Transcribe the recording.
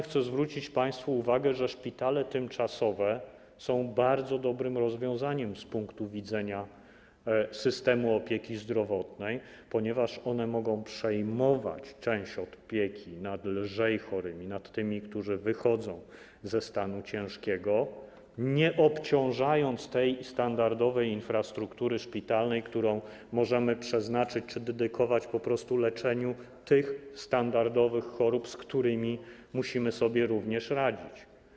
Chcę zwrócić państwa uwagę na to, że paradoksalnie szpitale tymczasowe są bardzo dobrym rozwiązaniem z punktu widzenia systemu opieki zdrowotnej, ponieważ one mogą przejmować część opieki nad lżej chorymi, nad tymi, którzy wychodzą ze stanu ciężkiego, nie obciążając standardowej infrastruktury szpitalnej, którą możemy przeznaczyć czy dedykować po prostu leczeniu standardowych chorób, z którymi również musimy sobie radzić.